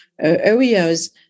areas